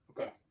okay